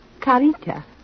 Carita